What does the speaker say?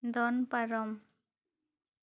ᱫᱚᱱ ᱯᱟᱨᱚᱢ